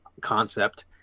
concept